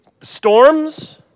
Storms